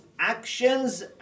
actions